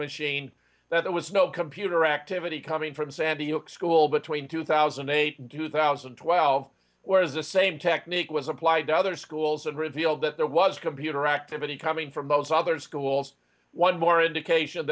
machine that there was no computer activity coming from sandy hook school between two thousand and eight two thousand and twelve whereas the same technique was applied to other schools and revealed that there was computer activity coming from those other schools one more indication